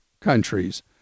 countries